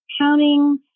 counting